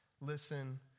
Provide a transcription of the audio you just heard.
listen